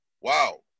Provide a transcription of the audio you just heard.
wow